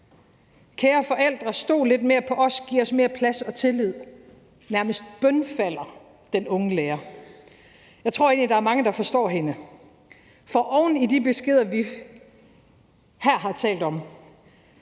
Kære forældre, stol lidt mere på os, og giv os mere plads og tillid, nærmest bønfalder den unge lærer forældrene. Jeg tror egentlig, at der er mange, der forstår hende, for oven i de beskeder, vi her har talt om,